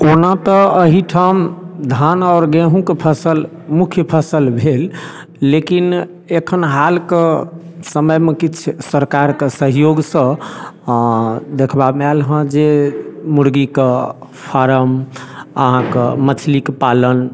ओना तऽ अही ठाम धान आओर गेहूँक फसल मुख्य फसल भेल लेकिन एखन हालके समयमे किछु सरकारके सहयोगसँ देखबामे आयलहँ जे मुर्गीके फारम अहाँके मछलीकऽ पालन